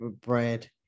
bread